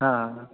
हँ